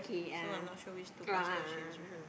so I'm not sure which to cluster she is referring